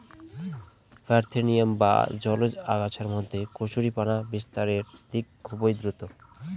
parthenium বা জলজ আগাছার মধ্যে কচুরিপানা বিস্তারের দিক খুবই দ্রূত